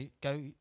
go